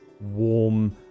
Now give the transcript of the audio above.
warm